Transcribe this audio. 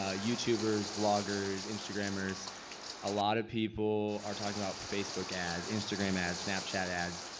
ah youtubers vloggers instagramers a lot of people are talking about facebook ads, instagram ads, snapchat ads,